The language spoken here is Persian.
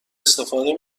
استفاده